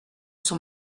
son